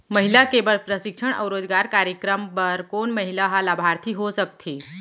महिला के बर प्रशिक्षण अऊ रोजगार कार्यक्रम बर कोन महिला ह लाभार्थी हो सकथे?